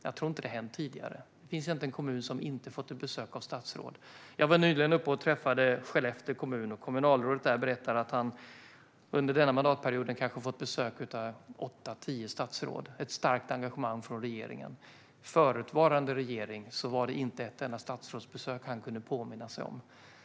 Jag tror inte att det har hänt tidigare. Det finns inte en kommun som inte har fått besök av ett statsråd. Jag var nyligen uppe och träffade Skellefteå kommun. Kommunalrådet där berättade att han under denna mandatperiod kanske fått besök av åtta tio statsråd - ett starkt engagemang från regeringen. Under förutvarande regering var det, såvitt han kunde påminna sig, inte ett enda statsrådsbesök.